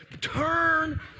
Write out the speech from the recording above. turn